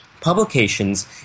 publications